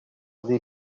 des